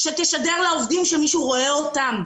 שתשדר לעובדים שמישהו רואה אותם.